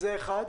זה אחד.